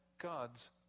God's